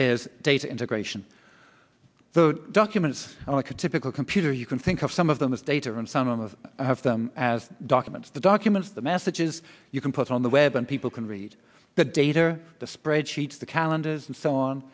is data integration documents like a typical computer you can think of some of them as data and some of them as documents the documents the messages you can put on the web and people can read the data the spreadsheets the calendars and so on